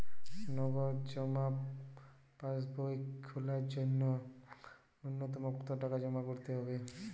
নগদ জমা পাসবই খোলার জন্য নূন্যতম কতো টাকা জমা করতে হবে?